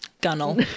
Gunnel